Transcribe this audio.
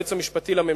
ליועץ המשפטי לממשלה